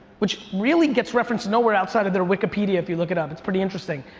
which really gets referenced nowhere outside of their wikipedia if you look it up. it's pretty interesting.